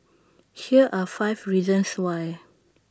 here are five reasons why